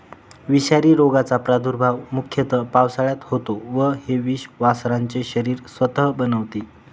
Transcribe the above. विषारी रोगाचा प्रादुर्भाव मुख्यतः पावसाळ्यात होतो व हे विष वासरांचे शरीर स्वतः बनवते